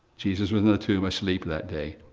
jesus was in the tomb asleep that day,